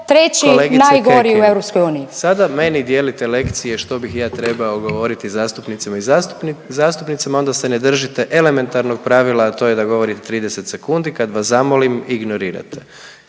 Kekin, sada meni dijelite lekcije što bih ja trebao govoriti zastupnicima i zastupnicama, onda se ne držite elementarnog pravila, a to je da govorite 30 sekundi, kad vas zamolim ignorirate,